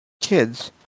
kids